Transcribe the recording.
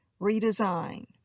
Redesign